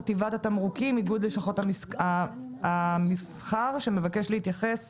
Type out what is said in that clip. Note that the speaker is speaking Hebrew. חטיבת התמרוקים איגוד לשכות המסחר שמבקש להתייחס